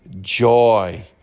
joy